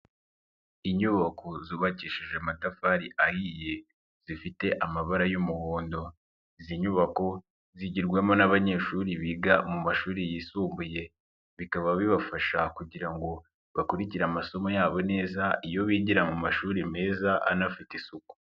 Inyubako zubakishije amatafari ahiye zifite amabara y'umuhondo izi nyubako zigirwamo n'abanyeshuri biga mu mashuri yisumbuye bikaba bibafasha kugira ngo bakurikire amasomo yabo neza iyo bigira mu mashuri meza anafite isuku.